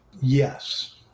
Yes